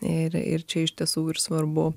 ir ir čia iš tiesų ir svarbu